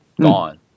gone